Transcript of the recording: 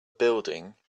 building